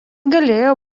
galėjo